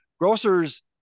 grocers